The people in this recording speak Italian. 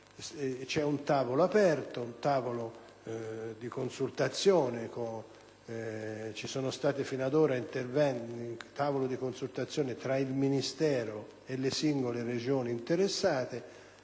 è un tavolo aperto di consultazione. Ci sono stati fino ad ora tavoli di consultazione tra il Ministero e le singole Regioni interessate.